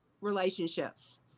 relationships